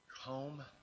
home